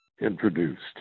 introduced